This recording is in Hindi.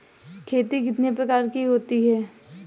खेती कितने प्रकार की होती है?